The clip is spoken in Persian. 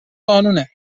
قانونه